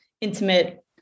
intimate